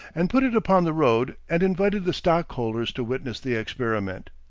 and put it upon the road, and invited the stockholders to witness the experiment.